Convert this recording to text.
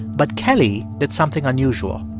but kelly did something unusual.